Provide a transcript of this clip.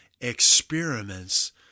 experiments